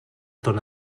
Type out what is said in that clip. ton